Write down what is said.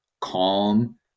calm